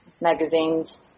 magazines